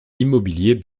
immobilier